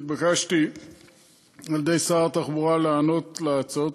התבקשתי על-ידי שר התחבורה לענות להצעות